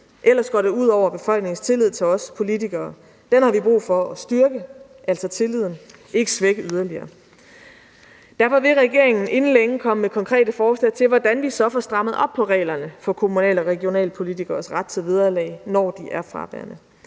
ellers går det ud over befolkningens tillid til os politikere. Den har vi brug for at styrke – altså tilliden – og ikke svække yderligere. Derfor vil regeringen inden længe komme med konkrete forslag til, hvordan vi så får strammet op på reglerne for kommunal- og regionalpolitikeres ret til vederlag, når de er fraværende.